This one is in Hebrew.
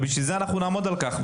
לכן אנחנו נעמוד על כך.